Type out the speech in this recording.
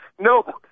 No